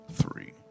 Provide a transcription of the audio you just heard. three